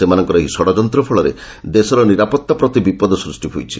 ସେମାନଙ୍କର ଏହି ଷଡ଼ଯନ୍ତ୍ର ଫଳରେ ଦେଶର ନିରାପତ୍ତା ପ୍ରତି ବିପଦ ସୃଷ୍ଟି ହୋଇଛି